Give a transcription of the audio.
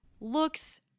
looks